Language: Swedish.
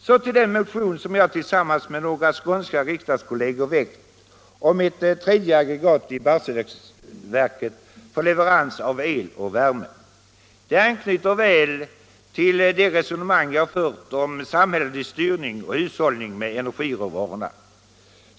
Så till den motion som jag tillsammans med några skånska riksdagskolleger väckt om ett tredje aggregat i Barsebäcksverket för leverans av el och värme. Den anknyter väl till det resonemang jag fört om samhällelig styrning och hushållning med energiråvarorna.